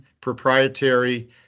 proprietary